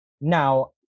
Now